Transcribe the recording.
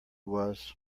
was